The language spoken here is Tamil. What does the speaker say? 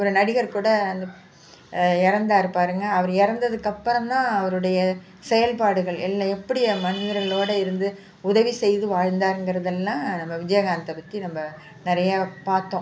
ஒரு நடிகர் கூட இறந்தார் பாருங்க அவர் இறந்ததுக்கப்பறந்தான் அவருடைய செயல்பாடுகள் எல் எப்படி மனிதர்களோடய இருந்து உதவி செய்து வாழ்ந்தாருங்கிறதெல்லாம் நம்ம விஜயகாந்த்த பற்றி நம்ம நிறையா பார்த்தோம்